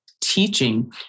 teaching